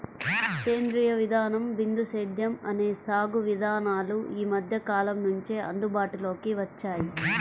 సేంద్రీయ విధానం, బిందు సేద్యం అనే సాగు విధానాలు ఈ మధ్యకాలం నుంచే అందుబాటులోకి వచ్చాయి